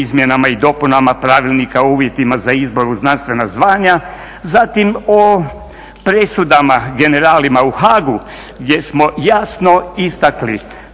izmjenama i dopunama pravilnika o uvjetima za izbor u znanstvena zvanja. Zatim o presudama generalima u Haagu gdje smo jasno istakli